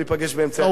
הוא מאוד ליברלי,